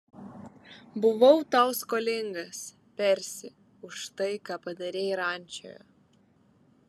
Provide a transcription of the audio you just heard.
buvau tau skolingas persi už tai ką padarei rančoje